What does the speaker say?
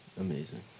amazing